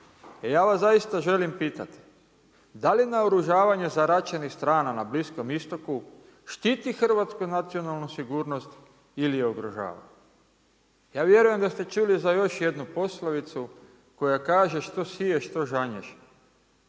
ja vas zaista želim pitati, da li naoružavanje zaraćenih strana na Bliskom Istoku štiti hrvatsku nacionalnu sigurnost ili je ugrožava? Ja vjerujem da ste čuli za još jednu poslovicu koja kaže „Što siješ to žanješ“.